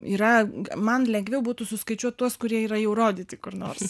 yra man lengviau būtų suskaičiuot tuos kurie yra jau rodyti kur nors